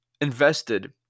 invested